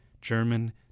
German